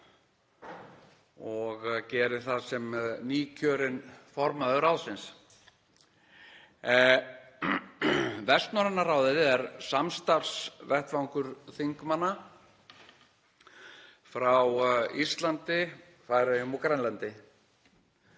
og geri það sem nýkjörinn formaður ráðsins. Vestnorræna ráðið er samstarfsvettvangur þingmanna frá Íslandi, Færeyjum og Grænlandi.